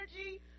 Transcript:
energy